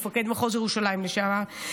מפקד מחוז ירושלים לשעבר,